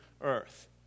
earth